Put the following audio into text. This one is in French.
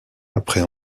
après